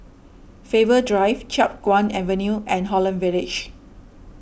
Faber Drive Chiap Guan Avenue and Holland Village